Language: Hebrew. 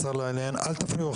אחד